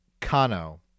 Kano